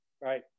right